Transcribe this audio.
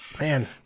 man